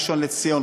ראשון-לציון,